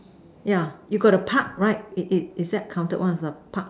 yeah you got a Park right is is is that counted one of a Park